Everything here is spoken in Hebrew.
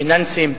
פיננסיים,